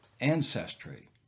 ancestry